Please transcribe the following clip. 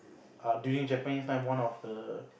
err during Japanese time one of the